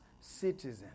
citizen